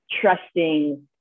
trusting